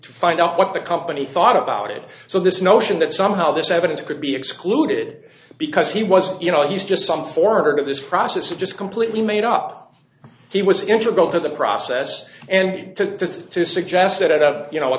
to find out what the company thought about it so this notion that somehow this evidence could be excluded because he was you know he's just some form of this process of just completely made up he was in trouble to the process and to suggest that a you know a